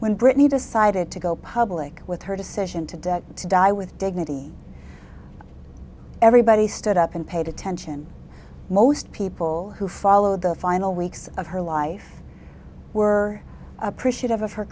when britney decided to go public with her decision today to die with dignity everybody stood up and paid attention most people who followed the final weeks of her life were appreciative of her